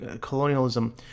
colonialism